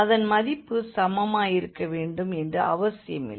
அதன் மதிப்பு சமமாயிருக்க வேண்டும் என அவசியமில்லை